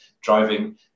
driving